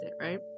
right